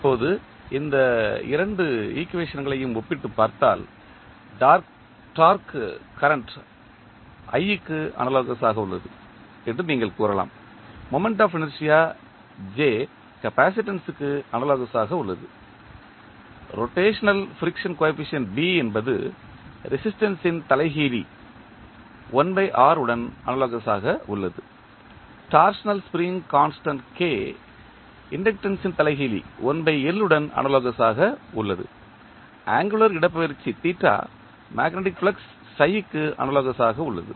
இப்போது இந்த இரண்டு ஈக்குவேஷன்களையும் ஒப்பிட்டுப் பார்த்தால் டார்க்கு கரண்ட் i க்கு அனாலோகஸ் ஆக உள்ளது என்று நீங்கள் கூறலாம் moment of inertia J capacitance க்கு அனாலோகஸ் ஆக உள்ளது ரொட்டேஷனல் ஃபிரிக்சன் கோஎபிசியன்ட் B என்பது ரேசிஸ்டன்ஸ் இன் தலைகீழி 1R உடன் அனாலோகஸ் ஆக உள்ளது torsional spring constant K inductance இன் தலைகீழி 1L உடன் அனாலோகஸ் ஆக உள்ளது ஆங்குளர் இடப்பெயர்ச்சி மேக்னெட்டிக் ஃபிளக்ஸ் க்கு அனாலோகஸ் ஆக உள்ளது